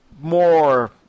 more